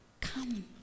Come